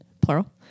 Plural